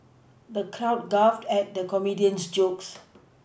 the crowd guffawed at the comedian's jokes